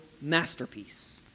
masterpiece